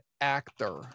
actor